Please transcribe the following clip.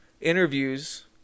interviews